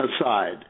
aside